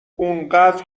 انقدر